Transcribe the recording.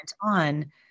on